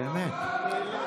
באמת.